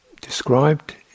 described